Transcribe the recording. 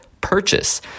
purchase